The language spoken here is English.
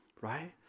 right